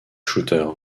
shooter